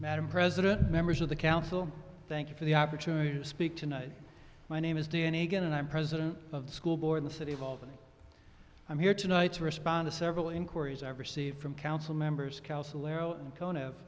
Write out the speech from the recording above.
madam president members of the council thank you for the opportunity to speak tonight my name is danny again and i'm president of the school board the city of albany i'm here tonight to respond to several inquiries i've received from council members